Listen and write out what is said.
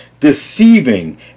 deceiving